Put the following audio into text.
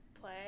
play